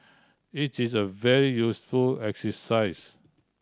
its is a very useful exercise